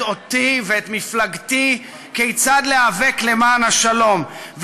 אותי ואת מפלגתי כיצד להיאבק למען השלום,